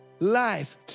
Life